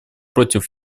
против